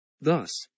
Thus